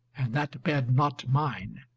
and that bed not mine.